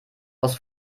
aus